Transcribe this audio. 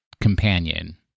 companion